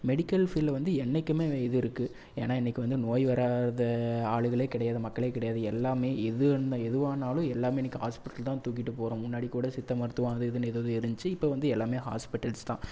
medical ஃபீல்டில் வந்து என்னைக்கும் இது இருக்கு ஏன்னா இன்னைக்கு வந்து நோய் வராத ஆட்களே கிடையாது மக்களே கிடையாது எல்லாம் எது வேணு எதுவானாலும் எல்லாம் இன்னைக்கி ஹாஸ்பிட்டல் தான் தூக்கிட்டு போகிறோம் முன்னாடி கூட சித்த மருத்துவம் அது இதுன்னு ஏதேதோ இருந்துச்சு இப்போ வந்து எல்லாம் ஹாஸ்பிட்டல்ஸ் தான்